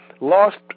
lost